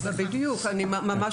בדיוק, אני ממש